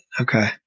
okay